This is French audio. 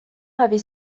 avait